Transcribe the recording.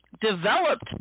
developed